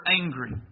angry